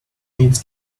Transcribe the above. needs